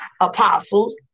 apostles